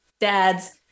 Dad's